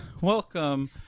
Welcome